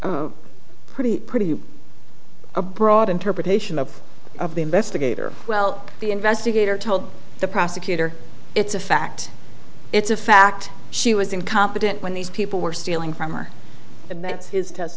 know pretty pretty a broad interpretation of of the investigator well the investigator told the prosecutor it's a fact it's a fact she was incompetent when these people were stealing from her admits his test